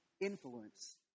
influence